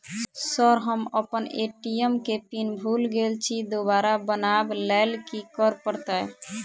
Sir हम अप्पन ATM केँ पिन भूल गेल छी दोबारा बनाब लैल की करऽ परतै?